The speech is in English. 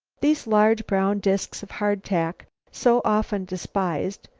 these large brown disks of hardtack, so often despised,